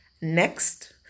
Next